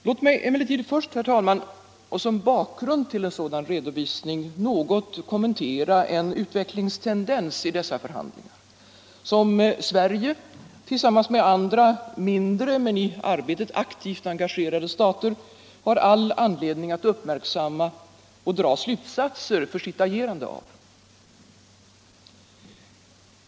| Låt mig emellertid först och som bakgrund till en sådan redovisning något kommentera en utvecklingstendens i dessa förhandlingar, som Svcerige tillsammans med andra mindre men i arbetet aktivt engagerade stater har all anledning att uppmärksamma och dra slutsatser av för sitt agerande.